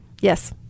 Yes